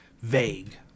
vague